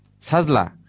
Sazla